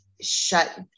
shut